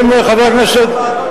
הרי אמרתם,